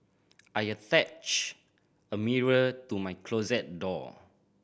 I attached a mirror to my closet door